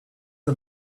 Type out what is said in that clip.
her